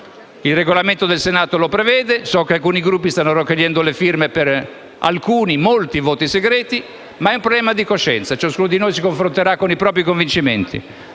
Il Regolamento del Senato lo prevede, so che alcuni Gruppi stanno raccogliendo le firme per alcuni - molti - voti segreti, ma si tratta di un problema di coscienza. Ciascuno di noi si confronterà con i propri convincimenti.